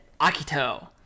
Akito